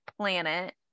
planet